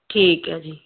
ਠੀਕ ਹੈ ਜੀ